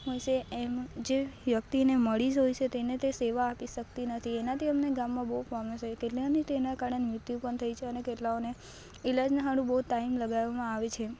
હોય છે એમ જે વ્યક્તિને મરીઝ હોય છે તેને તે સેવા આપી શકતી નથી એનાથી અમને ગામમાં બહુ પોબલેમ થયું કેટલાયની તો એનાં કારણે મૃત્યુ પણ થઈ છે અને કેટલાયને ઈલાજના સારું બહુ ટાઈમ લગાવવામાં આવે છે